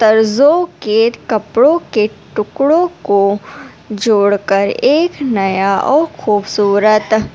طرزوں کے کپڑوں کے ٹکڑوں کو جوڑ کر ایک نیا اوہ خوبصورت